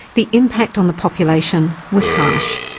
the impact on the population was harsh.